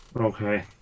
okay